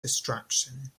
destruction